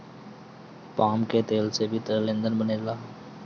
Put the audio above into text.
palm के तेल से भी तरल ईंधन बनेला